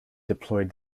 deployed